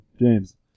James